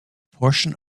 portion